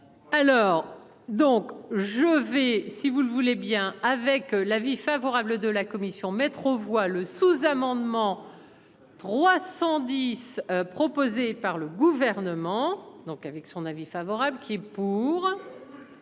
Alors donc je vais, si vous le voulez bien avec l'avis favorable de la commission mettre aux voix le sous-amendement. 310 proposée par le gouvernement. Donc avec son avis favorable qui est pour.